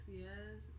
years